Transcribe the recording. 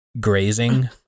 grazing